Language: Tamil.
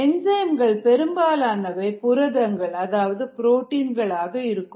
என்சைம்கள் பெரும்பாலானவை புரதங்கள் அதாவது புரோட்டீன்கள் ஆக இருக்கும்